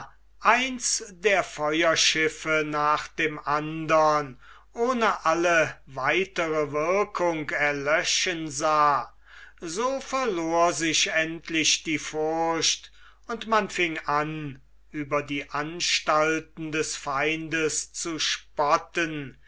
eins der feuerschiffe nach dem andern ohne alle weitere wirkung erlöschen sah so verlor sich endlich die furcht und man fing an über die anstalten des feindes zu spotten